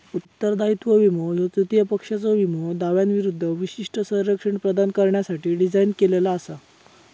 उत्तरदायित्व विमो ह्यो तृतीय पक्षाच्यो विमो दाव्यांविरूद्ध विशिष्ट संरक्षण प्रदान करण्यासाठी डिझाइन केलेला असा